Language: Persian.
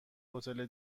هتل